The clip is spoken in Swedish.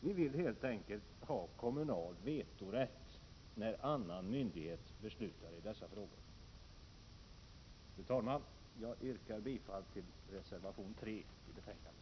Vi vill helt enkelt ha kommunal ”vetorätt” när annan myndighet beslutar i dessa frågor. Fru talman! Jag yrkar bifall till reservation 3 till betänkandet.